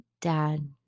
dad